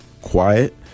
quiet